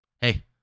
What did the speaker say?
Hey